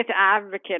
advocate